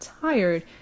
tired